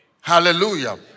Hallelujah